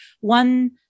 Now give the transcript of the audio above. one